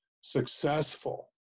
successful